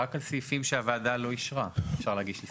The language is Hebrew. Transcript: שרק על סעיפים שהוועדה לא אישרה אפשר להגיש הסתייגויות.